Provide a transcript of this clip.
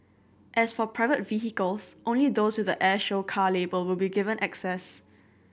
as for private vehicles only those with the air show car label will be given access